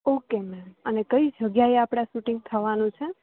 okay ma'am અને જગ્યાએ આપણે આ શૂટિંગ થાવાનું છે